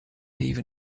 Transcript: even